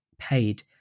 paid